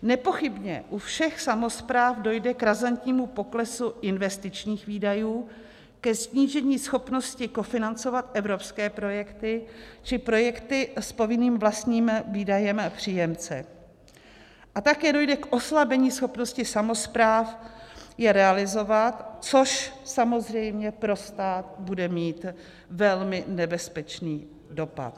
Nepochybně u všech samospráv dojde k razantnímu poklesu investičních výdajů, ke snížení schopnosti kofinancovat evropské projekty či projekty s povinným vlastním výdajem příjemce a také dojde k oslabení schopnosti samospráv je realizovat, což samozřejmě pro stát bude mít velmi nebezpečný dopad.